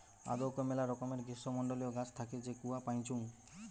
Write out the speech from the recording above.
আদৌক মেলা রকমের গ্রীষ্মমন্ডলীয় গাছ থাকি যে কূয়া পাইচুঙ